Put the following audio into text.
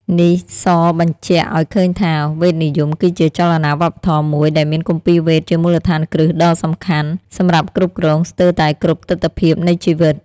នេះសបញ្ជាក់ឱ្យឃើញថា វេទនិយមគឺជាចលនាវប្បធម៌មួយ ដែលមានគម្ពីរវេទជាមូលដ្ឋានគ្រឹះដ៏សំខាន់ សម្រាប់គ្រប់គ្រងស្ទើរតែគ្រប់ទិដ្ឋភាពនៃជីវិត។